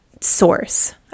source